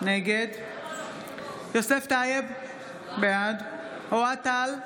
נגד יוסף טייב, בעד אוהד טל,